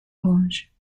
granges